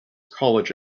college